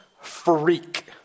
Freak